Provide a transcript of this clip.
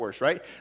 Right